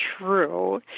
true